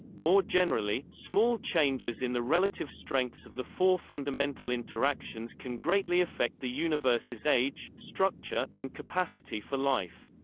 more generally, small changes in the relative strengths of the four fundamental interactions can greatly affect the universe's age, structure, and capacity for life.